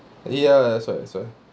ya that's why that's why